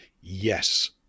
yes